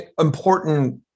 important